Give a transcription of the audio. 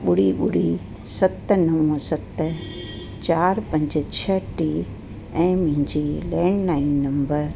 ॿुड़ी ॿुड़ी सत नव सत चारि पंज छह टे ऐं मुंहिंजे लैंडलाइन नंबर